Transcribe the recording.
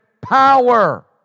power